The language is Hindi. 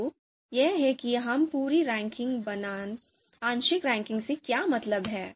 तो यह है कि हम पूरी रैंकिंग बनाम आंशिक रैंकिंग से क्या मतलब है